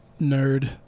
nerd